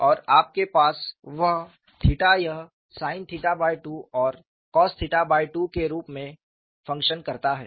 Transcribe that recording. और आपके पास वह 𝜃 यह sin2 और cos2 के रूप में फंक्शन करता है